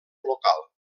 local